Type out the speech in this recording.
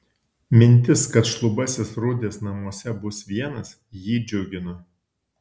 mintis kad šlubasis rudis namuose bus vienas jį džiugino